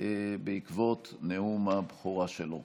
בעקבות נאום הבכורה שלו.